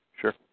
Sure